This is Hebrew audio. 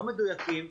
לא מדויקים,